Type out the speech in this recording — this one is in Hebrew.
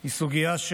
היא סוגיה,